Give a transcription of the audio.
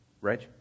right